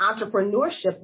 entrepreneurship